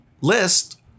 list